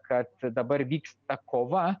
kad dabar vyksta kova